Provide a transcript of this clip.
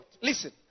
Listen